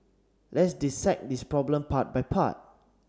let's dissect this problem part by part